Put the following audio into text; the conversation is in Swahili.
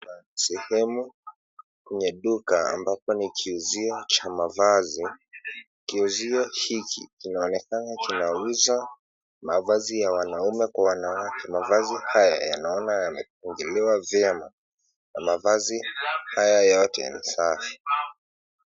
Sehemu kwenye duka ambapo ni kiuzio cha mavazi. Kiuzio hiki kinaonekana kinauza mavazi ya wanaume kwa wanawake . Mavazi haya naona yamepangiliwa vyema na mavazi haya yote ni safi.